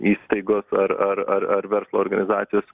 įstaigos ar ar ar ar verslo organizacijos